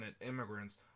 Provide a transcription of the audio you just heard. immigrants